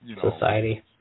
society